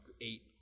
eight